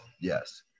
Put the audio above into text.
yes